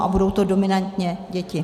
A budou to dominantně děti.